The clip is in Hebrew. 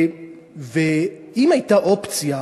ואם הייתה אופציה,